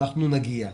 אנחנו נגיע.